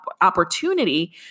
opportunity